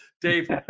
Dave